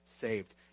saved